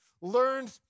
learned